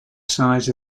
sides